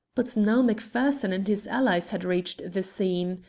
but now macpherson and his allies had reached the scene.